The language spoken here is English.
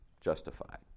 justified